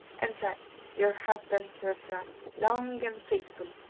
and said your husband served us long and faithfully.